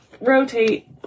Rotate